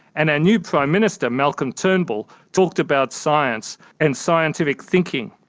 and our new prime minister, malcolm turnbull, talked about science and scientific thinking,